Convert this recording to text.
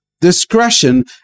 discretion